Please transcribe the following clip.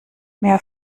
mehr